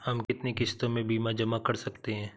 हम कितनी किश्तों में बीमा जमा कर सकते हैं?